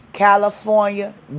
California